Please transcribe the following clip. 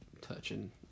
touching